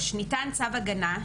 (3) ניתן צו הגנה,